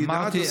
אמרתי,